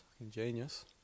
Ingenious